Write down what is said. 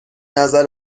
نظر